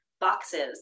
boxes